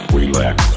Relax